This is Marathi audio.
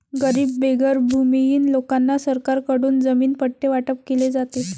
गरीब बेघर भूमिहीन लोकांना सरकारकडून जमीन पट्टे वाटप केले जाते